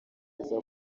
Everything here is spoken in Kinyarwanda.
neza